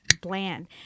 bland